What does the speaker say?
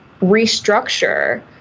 restructure